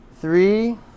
three